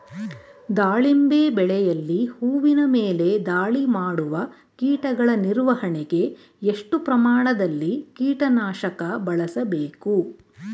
ದಾಳಿಂಬೆ ಬೆಳೆಯಲ್ಲಿ ಹೂವಿನ ಮೇಲೆ ದಾಳಿ ಮಾಡುವ ಕೀಟಗಳ ನಿರ್ವಹಣೆಗೆ, ಎಷ್ಟು ಪ್ರಮಾಣದಲ್ಲಿ ಕೀಟ ನಾಶಕ ಬಳಸಬೇಕು?